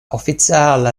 oficiala